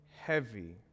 heavy